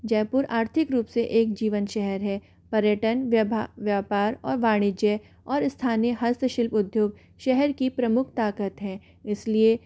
जयपुर आर्थिक रूप से एक जीवंत शहर है पर्यटन व्यापार और वाणिज्य और स्थानीय हस्तशिल्प उद्योग शहर की प्रमुख ताकत हैं इसलिए